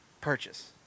Purchase